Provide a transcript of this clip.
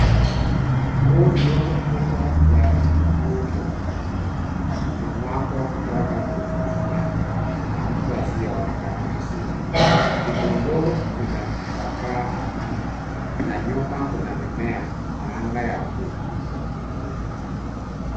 Huu ni rundo kubwa la vitunguu vyekundu vikimwagwa kutoka kwenye gunia na mtu asiyeonekana vizuri. Vitunguu vimetapakaa ardhini na nyuma kuna mimea na anga ya buluu.